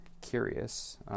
curious